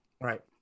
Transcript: right